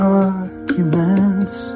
arguments